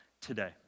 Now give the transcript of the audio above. today